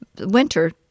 winter